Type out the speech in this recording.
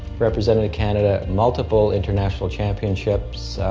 represented canada multiple international championships,